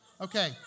Okay